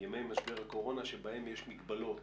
ימי משבר הקורונה שבהם יש מגבלות